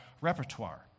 repertoire